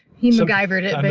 he macgyver'd it,